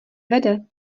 vede